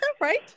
right